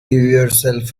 yourself